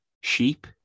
Sheep